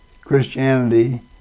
Christianity